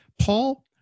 Paul